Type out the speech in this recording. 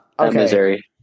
Missouri